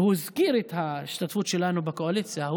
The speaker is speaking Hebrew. הוא הזכיר את ההשתתפות שלנו בקואליציה.